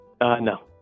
No